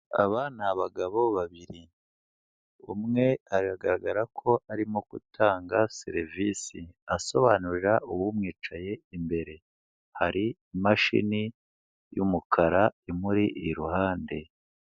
Aba ni abagabo babiri, umwe aragaragara ko arimo gutanga serivisi, asobanurira umwicaye imbere, hari imashini y'umukara imuri iruhande.